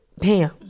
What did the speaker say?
Pam